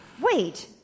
Wait